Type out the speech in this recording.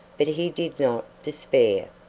but he did not despair.